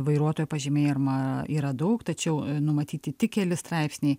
vairuotojo pažymėjimą yra daug tačiau numatyti tik keli straipsniai